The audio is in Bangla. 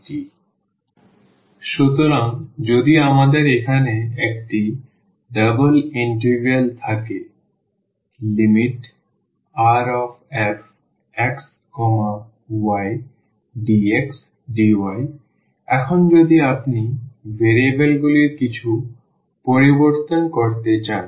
cdfgtgdt সুতরাং যদি আমাদের এখানে একটি ডাবল ইন্টিগ্রাল থাকে ∬Rfxydxdy এখন যদি আপনি ভেরিয়েবলগুলির কিছু পরিবর্তন করতে চান